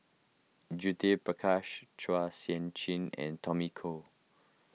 Judith Prakash Chua Sian Chin and Tommy Koh